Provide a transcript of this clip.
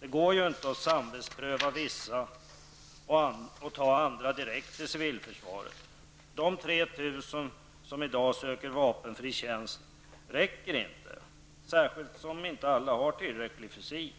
Det går ju inte att samvetspröva vissa och ta in andra direkt till civilförsvaret. De 3 000 som i dag söker vapenfri tjänst räcker inte, särskilt som alla inte har en tillräckligt god fysik.